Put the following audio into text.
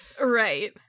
Right